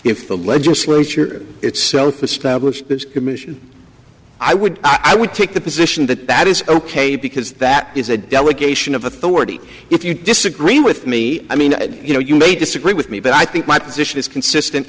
if the legislature itself established this commission i would i would take the position that that is ok because that is a delegation of authority if you disagree with me i mean you know you may disagree with me but i think my position is consistent